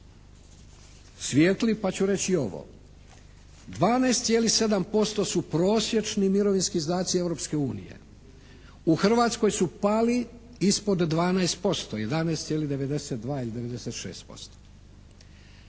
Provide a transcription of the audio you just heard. Svijetli pa ću reći i ovo. 12,7% su prosječni mirovinski izdaci Europske unije. U Hrvatskoj su pali ispod 12%, 11,92 ili 96%.